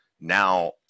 Now